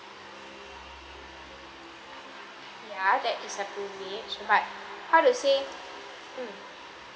ya that is privilege but how to say